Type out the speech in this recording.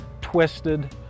twisted